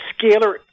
scalar